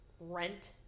rent